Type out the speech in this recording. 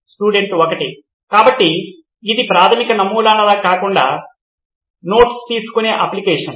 student 1 కాబట్టి ఇది ప్రాథమిక నమూన లాగా కాకుండా నోట్స్ తీసుకునే అప్లికేషన్